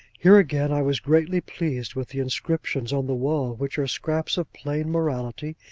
here again, i was greatly pleased with the inscriptions on the wall, which were scraps of plain morality,